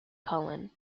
cullen